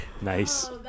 nice